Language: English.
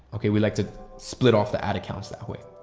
okay. we like to split off the ad accounts that way.